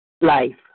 Life